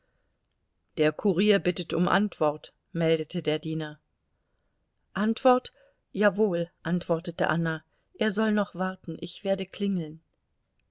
der kurier bittet um antwort meldete der diener antwort jawohl antwortete anna er soll noch warten ich werde klingeln